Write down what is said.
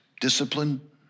discipline